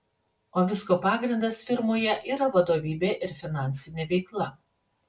o visko pagrindas firmoje yra vadovybė ir finansinė veikla